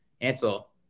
Ansel